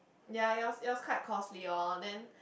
ya it was it was quite costly lor then